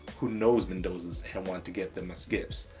who knows mendoza's and want to get them as gifts.